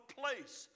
place